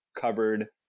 covered